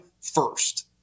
first